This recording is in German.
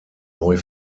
neu